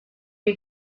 you